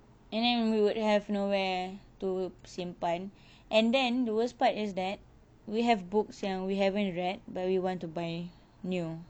and then we would have nowhere to simpan and then the worst part is that we have books yang we haven't read but we want to buy new